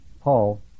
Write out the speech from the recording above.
Paul